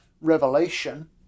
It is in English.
revelation